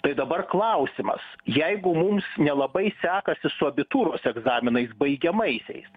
tai dabar klausimas jeigu mums nelabai sekasi su abitūros egzaminais baigiamaisiais